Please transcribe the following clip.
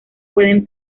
pueden